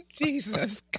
Jesus